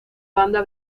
banda